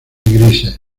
grises